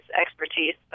expertise